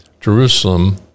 Jerusalem